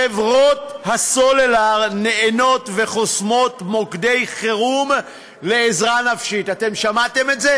חברות הסלולר נענות וחוסמות מוקדי חירום לעזרה נפשית אתם שמעתם את זה?